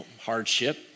hardship